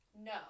No